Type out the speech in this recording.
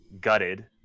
gutted